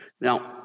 Now